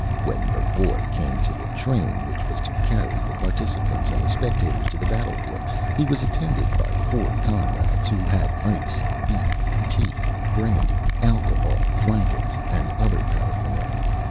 when the boy came to the train which was to carry the participants and the spectators to the battle-field he was attended by four comrades, who had ice, beef tea, brandy, alcohol, blankets and other paraphernalia.